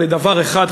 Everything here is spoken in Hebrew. זה שייך לדבר אחד,